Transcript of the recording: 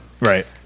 Right